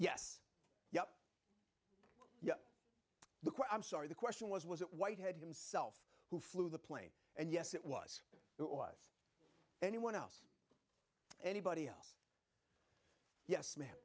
quote i'm sorry the question was was it whitehead himself who flew the plane and yes it was it was anyone else anybody else yes ma'am